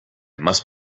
must